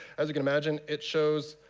as you can imagine, it shows